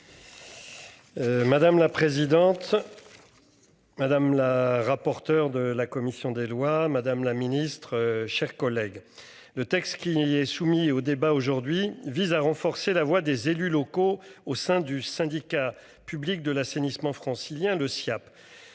Madame la présidente. Madame la rapporteure de la commission des lois. Madame la ministre, chers collègues. Le texte qui est soumis au débat aujourd'hui vise à renforcer la voix des élus locaux au sein du syndicat public de l'assainissement francilien le Siaap